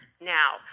now